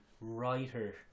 writer